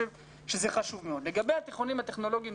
לגבי התיכונים הטכנולוגיים,